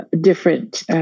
different